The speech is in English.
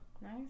Nice